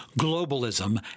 globalism